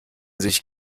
sich